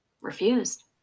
refused